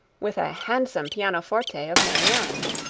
with a handsome pianoforte of marianne's.